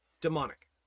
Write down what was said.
demonic